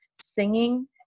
singing